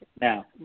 Now